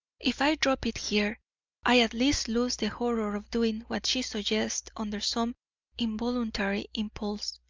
if i drop it here i at least lose the horror of doing what she suggests, under some involuntary impulse.